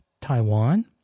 Taiwan